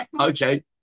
okay